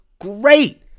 great